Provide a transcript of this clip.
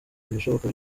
ibishoboka